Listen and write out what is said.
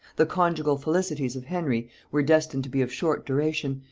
the conjugal felicities of henry were destined to be of short duration,